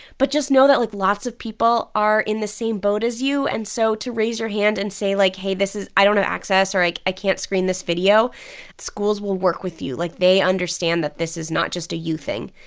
but just know that, like, lots of people are in the same boat as you. and so to raise your hand and say, like, hey this is i don't have access, or, like i can't screen this video schools will work with you. like, they understand that this is not just a you thing.